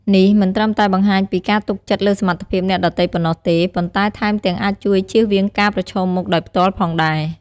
នេះមិនត្រឹមតែបង្ហាញពីការទុកចិត្តលើសមត្ថភាពអ្នកដទៃប៉ុណ្ណោះទេ ប៉ុន្តែថែមទាំងអាចជួយជៀសវាងការប្រឈមមុខដោយផ្ទាល់ផងដែរ។